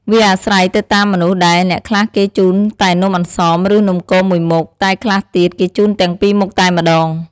វាអាស្រ័យទៅតាមមនុស្សដែរ អ្នកខ្លះគេជូនតែនំអន្សម ឬ នំគមមួយមុខ តែខ្លះទៀតគេជូនទាំងពីរមុខតែម្ដង។